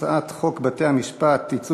הצעת חוק בתי-המשפט (תיקון מס' 74)